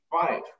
Five